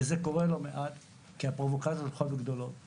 וזה קורה לא מעט כי הפרובוקציות הולכות וגדלות.